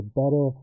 better